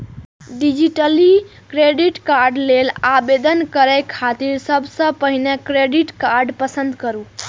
digitally credit card लेल आवेदन करै खातिर सबसं पहिने क्रेडिट कार्ड पसंद करू